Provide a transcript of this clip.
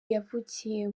yavukiye